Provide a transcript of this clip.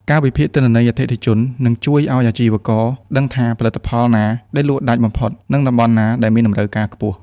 ការវិភាគទិន្នន័យអតិថិជន នឹងជួយឱ្យអាជីវករដឹងថាផលិតផលណាដែលលក់ដាច់បំផុត និងតំបន់ណាដែលមានតម្រូវការខ្ពស់។